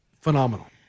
Phenomenal